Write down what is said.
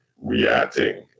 reacting